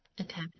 Okay